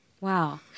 Wow